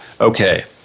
okay